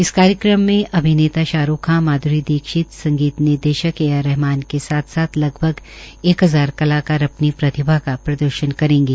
इस कार्यक्रम में अभिनेता शाहरूख खां माध्री दीक्षित संगीत निदेशक ए आर रहमान के साथ साथ लगभग एक हजार कलाकार अपनी प्रतिभा का प्रदर्शन करेंगे